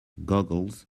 goggles